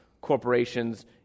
corporations